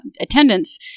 attendance